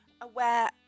aware